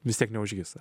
vis tiek neužgis